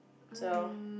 so